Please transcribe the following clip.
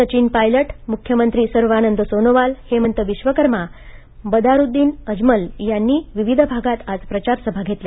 सचिन पायलट मुख्यमंत्री सर्बानंद सोनोवाल हेमंत बिश्व शर्मा बदारुद्दीन अजमल यांनी या भागांत विविध भागांत प्रचारसभा घेतल्या